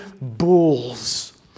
bulls